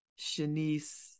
Shanice